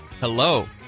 Hello